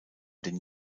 den